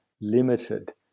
limited